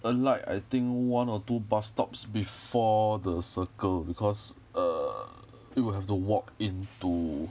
alight I think one or two bus stops before the circle because err we would have to walk in to